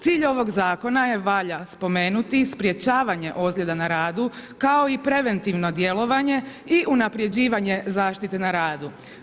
Cilj ovog zakona, valja spomenuti sprječavanje ozljeda na radu kao i preventivno djelovanje i unapređivanje zaštite na radu.